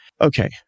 okay